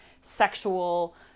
sexual